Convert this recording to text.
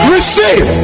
Receive